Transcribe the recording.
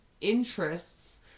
interests